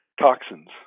toxins